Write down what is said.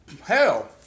hell